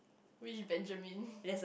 we Benjamin